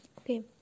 Okay